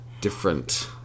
different